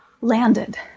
landed